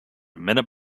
minute